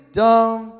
dumb